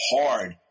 hard